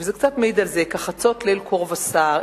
"כחצות ליל קור וסער,